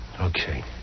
Okay